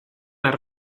las